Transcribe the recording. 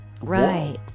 Right